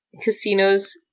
casinos